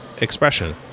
expression